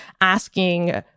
asking